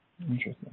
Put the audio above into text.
interesting